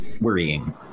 worrying